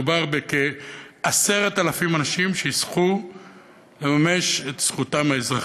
מדובר בכ-10,000 אנשים שיזכו לממש את זכותם האזרחית,